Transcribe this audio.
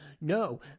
No